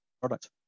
product